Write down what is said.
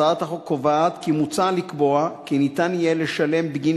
התשע"א 2011, של חבר הכנסת איתן